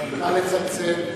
נא לצלצל.